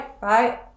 right